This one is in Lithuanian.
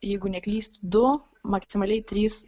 jeigu neklystu du maksimaliai trys